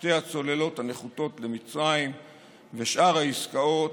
שתי הצוללות הנחותות למצרים ושאר העסקאות,